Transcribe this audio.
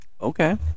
Okay